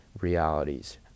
realities